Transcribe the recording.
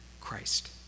Christ